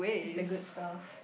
is that good serve